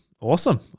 Awesome